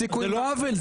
זה לא עוול.